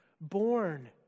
born